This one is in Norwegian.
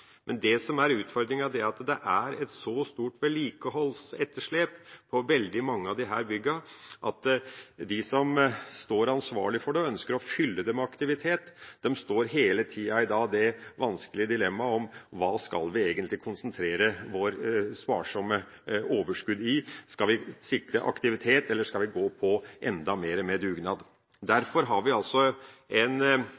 Men det som er utfordringen, er at det er et så stort vedlikeholdsetterslep på veldig mange av disse byggene, slik at de som står ansvarlig for dem og ønsker å fylle dem med aktivitet, står hele tida i dag i det vanskelige dilemmaet om hva de skal konsentrere sitt sparsomme overskudd i. Skal de sikre aktivitet, eller skal de gå på enda mer med dugnad?